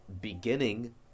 beginning